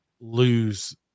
lose